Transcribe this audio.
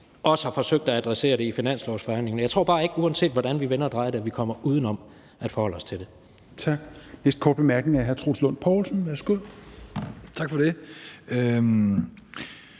også har forsøgt at adressere det i finanslovsforhandlingerne. Jeg tror bare ikke, uanset hvordan vi vender og drejer det, at vi kommer uden om at forholde os til det. Kl. 16:28 Fjerde næstformand (Rasmus Helveg Petersen): Tak. Den næste